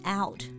out